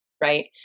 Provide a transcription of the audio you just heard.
right